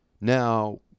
Now